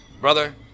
brother